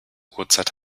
uhrzeit